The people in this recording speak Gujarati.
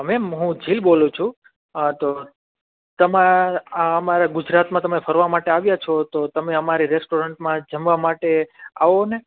મેમ હું જીલ બોલું છું તો તમા અમારા ગુજરાતમાં તમે ફરવા માટે આવિયા છો તો તમે અમારી રેસ્ટોરન્ટમાં જમવા માટે આવો ને